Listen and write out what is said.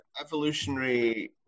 evolutionary